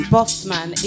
Bossman